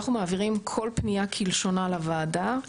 אנחנו מעבירים כל פנייה כלשונה לוועדה.